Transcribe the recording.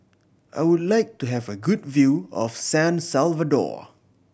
I would like to have a good view of San Salvador